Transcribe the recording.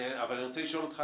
אבל אני רוצה לשאול אותך,